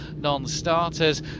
non-starters